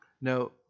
Now